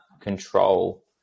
control